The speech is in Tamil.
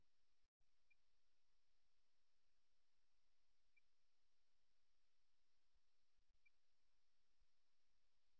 இது ஒரு நிலையான மற்றும் கவனம் செலுத்தும் நிலை இது எந்தவொரு சண்டையையும் காட்டாது இது எந்த சொற்களற்ற சத்தத்தையும் வெளிப்படுத்தாது